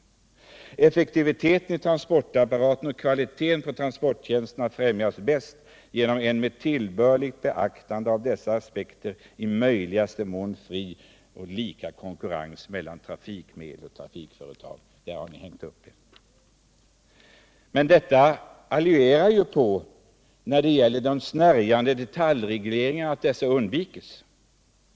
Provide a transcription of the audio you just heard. Vi skriver vidare: ”Effektiviteten i transportapparaten och kvaliteten på transporttjänsterna främjas bäst genom en med tillbörligt beaktande av dessa aspekter i möjligaste mån fri och lika konkurrens mellan trafikmedel och trafikföretag.” Där har ni hängt upp er. Detta sista alluderar just på att snärjande detaljregleringar undviks.